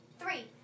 three